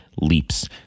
leaps